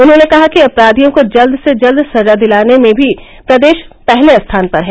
उन्होंने कहा कि अपराधियों को जल्द से जल्द सजा दिलाने में भी प्रदेश पहले स्थान पर है